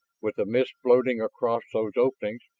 with the mist floating across those openings,